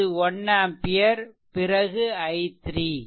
இது 1 ஆம்பியர் பிறகு i3